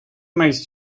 makes